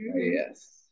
Yes